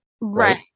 Right